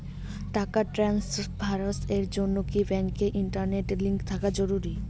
টাকা ট্রানস্ফারস এর জন্য কি ব্যাংকে ইন্টারনেট লিংঙ্ক থাকা জরুরি?